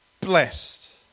blessed